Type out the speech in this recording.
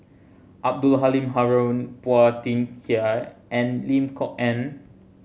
Abdul Halim Haron Phua Thin Kiay and Lim Kok Ann